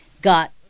got